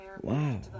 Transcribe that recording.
Wow